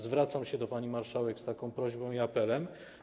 Zwracam się do pani marszałek z prośbą i apelem.